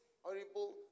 horrible